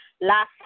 last